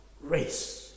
race